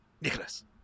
nicholas